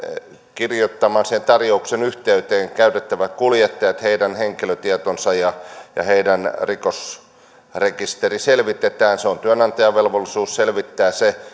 kirjoittamaan tarjouksen yhteyteen käytettävät kuljettajat heidän henkilötietonsa ja ja heidän rikosrekisterinsä selvitetään on työnantajan velvollisuus selvittää se